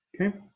Okay